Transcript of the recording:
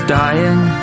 dying